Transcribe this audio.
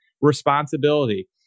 responsibility